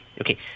Okay